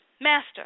Master